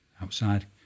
outside